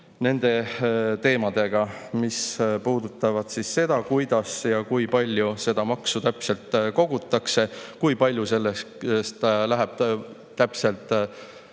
nende teemadega, mis puudutavad seda, kuidas ja kui palju seda maksu täpselt kogutakse, kui palju sellest täpselt läheb